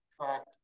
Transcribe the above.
attract